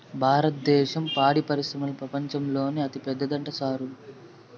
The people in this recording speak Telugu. భారద్దేశం పాడి పరిశ్రమల ప్రపంచంలోనే అతిపెద్దదంట సారూ